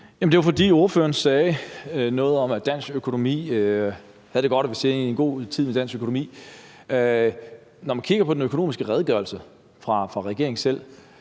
at vi ser ind i en god tid for dansk økonomi. Når man kigger på økonomiske redegørelse fra regeringen selv,